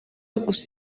gusa